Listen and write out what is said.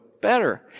better